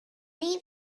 some